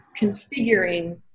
configuring